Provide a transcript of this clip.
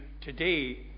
today